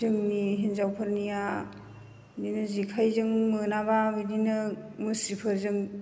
जोंनि हिनजावफोरनिया बेदिनो जेखाइजों मोनाब्ला बेदिनो मुस्रिफोरजों